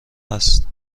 است